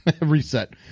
Reset